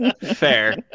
fair